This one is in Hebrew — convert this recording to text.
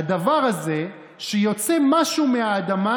"הדבר הזה שיוצא משהו מהאדמה,